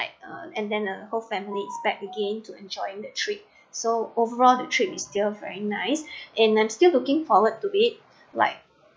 like uh and then a whole family is back again to enjoying that trip so overall the trip is still very nice and I'm still looking forward to it like